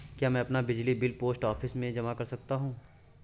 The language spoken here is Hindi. क्या मैं अपना बिजली बिल पोस्ट ऑफिस में जमा कर सकता हूँ?